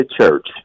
church